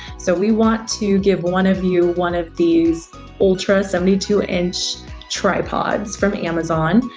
so, we want to give one of you one of these ultra seventy two inch tripods from amazon,